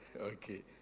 Okay